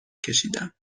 کشیدم